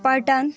پٹن